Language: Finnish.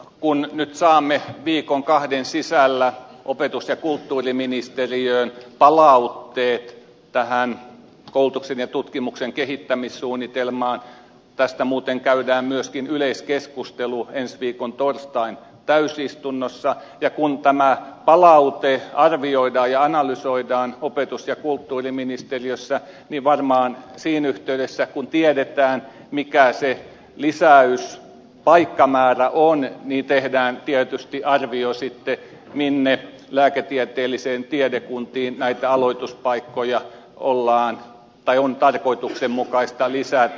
kun nyt saamme viikon kahden sisällä opetus ja kulttuuriministeriöön palautteet tästä koulutuksen ja tutkimuksen kehittämissuunnitelmasta tästä muuten käydään myöskin yleiskeskustelu ensi viikon torstain täysistunnossa ja kun tämä palaute arvioidaan ja analysoidaan opetus ja kulttuuriministeriössä niin varmaan siinä yhteydessä kun tiedetään mikä se lisäyspaikkamäärä on tehdään tietysti arvio mihin lääketieteellisiin tiedekuntiin näitä aloituspaikkoja on tarkoituksenmukaista lisätä